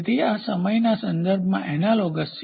તેથી આ સમયના સંદર્ભમાં આ એનાલોગસ છે